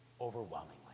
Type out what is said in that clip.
overwhelmingly